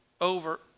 over